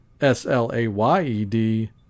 S-L-A-Y-E-D